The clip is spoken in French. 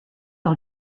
par